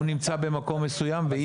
הוא נמצא במקום מסוים והיא באה למקום הזה.